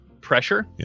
pressure